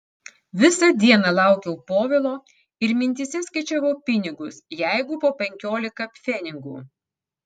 visą dieną laukiau povilo ir mintyse skaičiavau pinigus jeigu po penkiolika pfenigų